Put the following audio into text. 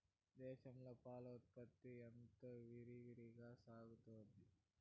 దేశంలో పాల ఉత్పత్తి ఎంతో విరివిగా కొనసాగుతోంది